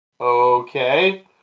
Okay